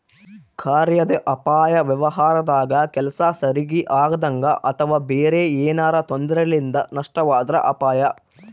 ಕಾರ್ಯಾದ ಅಪಾಯ ವ್ಯವಹಾರದಾಗ ಕೆಲ್ಸ ಸರಿಗಿ ಆಗದಂಗ ಅಥವಾ ಬೇರೆ ಏನಾರಾ ತೊಂದರೆಲಿಂದ ನಷ್ಟವಾದ್ರ ಅಪಾಯ